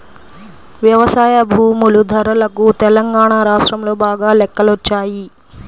వ్యవసాయ భూముల ధరలకు తెలంగాణా రాష్ట్రంలో బాగా రెక్కలొచ్చాయి